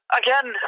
again